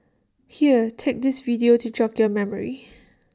here take this video to jog your memory